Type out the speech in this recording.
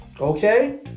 Okay